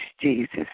Jesus